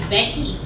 Becky